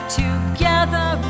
together